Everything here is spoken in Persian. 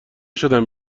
شدم